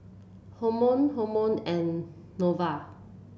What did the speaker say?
Hormel Hormel and Nova